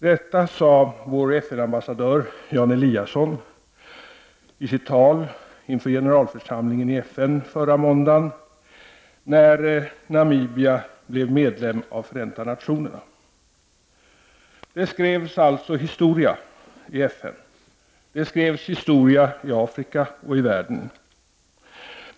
Detta sade vår FN-ambassadör Jan Eliasson i sitt tal inför generalförsamlingen i FN förra måndagen när Namibia blev medlem av Förenta nationerna. Det skrevs alltså historia i FN. Det skrevs historia i Afrika och i världen.